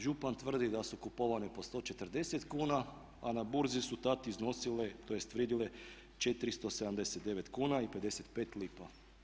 Župan tvrdi da su kupovane po 140 kuna a na burzi su tada iznosile tj. vrijedile 479 kuna i 55 lipa.